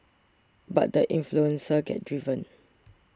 but the influential second driven